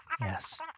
Yes